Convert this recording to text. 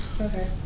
okay